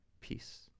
peace